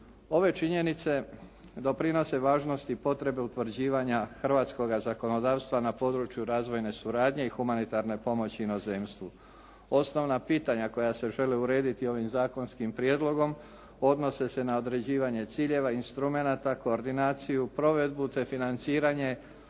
Ove činjenice doprinose važnosti potrebe utvrđivanja hrvatskoga zakonodavstva na području razvojne suradnje i humanitarne pomoći inozemstvu. Osnovna pitanja koja se žele urediti ovim zakonskim prijedlogom odnose se na određivanje ciljeva, instrumenata, koordinaciju, provedbu te financiranje